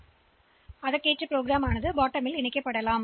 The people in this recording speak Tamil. எனவே நீங்கள் அதை ப்ரோக்ராம்ன் அடிப்பகுதியில் சேர்க்கலாம்